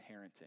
parenting